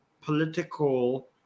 political